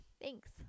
thanks